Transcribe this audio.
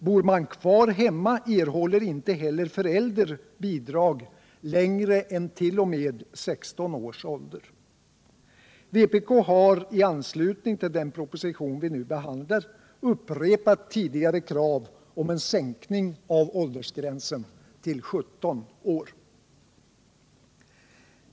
Bor en ungdom kvar hemma erhåller inte heller förälder bidrag längre än t.o.m. det år då barnet uppnår 16 års ålder. Vpk har i anslutning till den proposition vi nu behandlar upprepat tidigare krav om en sänkning av åldersgränsen till 17 år.